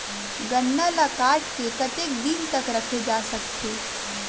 गन्ना ल काट के कतेक दिन तक रखे जा सकथे?